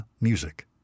music